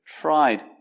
tried